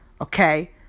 Okay